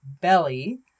belly